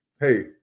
hey